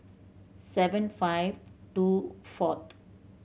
seven five two fourth